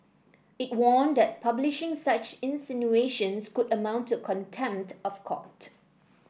it warned that publishing such insinuations could amount to contempt of court